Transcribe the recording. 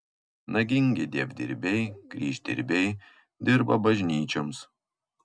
nagingi dievdirbiai kryždirbiai dirba bažnyčioms